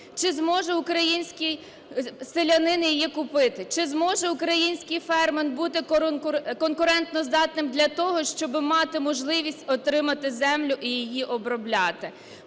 чи зможе український селянин її купити, чи зможе український фермер бути конкурентоздатним для того, щоби мати можливість отримати землю і її обробляти.